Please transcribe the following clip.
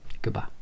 Goodbye